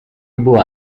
była